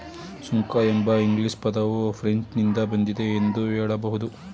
ಸುಂಕ ಎಂಬ ಇಂಗ್ಲಿಷ್ ಪದವು ಫ್ರೆಂಚ್ ನಿಂದ ಬಂದಿದೆ ಎಂದು ಹೇಳಬಹುದು